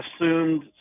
assumed